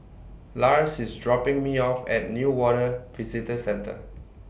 Lars IS dropping Me off At Newater Visitor Centre